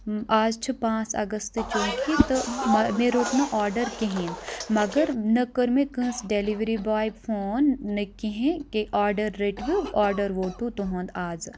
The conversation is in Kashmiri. آز چھِ پانٛژھ اَگست چوٗنکہِ مےٚ رۆٹ نہٕ آرڈر کہیٖنۍ مَگر نہٕ کٔر مےٚ کٲنٛسہِ ڈؠلؤری باے فون نہ کِہیٖنۍ آرڈر رٔٹِو آرڈر ووتو تُہُند آز